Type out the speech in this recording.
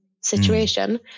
situation